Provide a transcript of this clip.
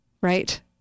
right